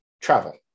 travel